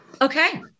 Okay